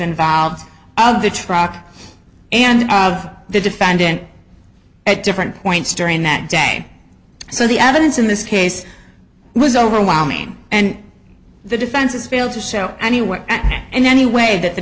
involved of the truck and of the defendant at different points during that day so the evidence in this case was overwhelming and the defense has failed to show anyone and any way that the